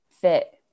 fit